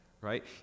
right